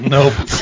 Nope